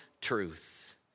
truth